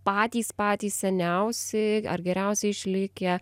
patys patys seniausi ar geriausiai išlikę